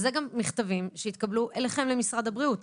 זה גם מכתבים שהתקבלו אצלכם במשרד הבריאות.